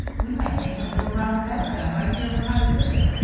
we might make a little round bed of them right here where i'm sitting.